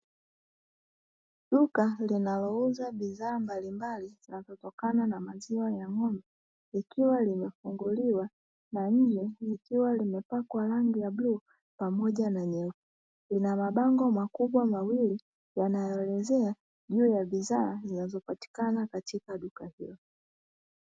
Duka linalouza bidhaa mbalimbali zinazotokana na maziwa ya ng'ombe likiwa limefunguliwa na nje likiwa limepakwa rangi ya bluu pamoja na nyeupe, lina mabango makubwa mawili yanayoelezea juu ya bidhaa zinazopatikana katika duka hilo.